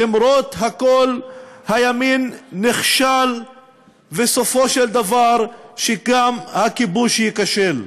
למרות הכול הימין נכשל וסופו של דבר שגם הכיבוש ייכשל.